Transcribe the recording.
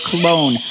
cologne